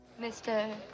Mr